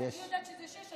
אני יודעת שזה שש.